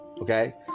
Okay